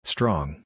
Strong